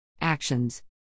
Actions